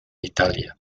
italia